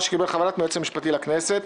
שקיבל חוות דעת מהיועץ המשפטי לכנסת".